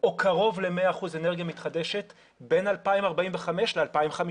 או קרוב ל-100 אחוזים אנרגיה מתחדשת בין 2045 ל-2050.